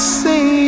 say